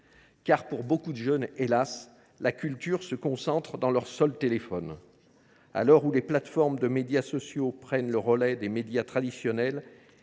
pour nombre de jeunes, hélas !, la culture se concentre dans leur seul téléphone. À l’heure où les plateformes de médias sociaux prennent le relais des médias traditionnels,